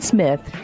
Smith